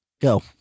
Go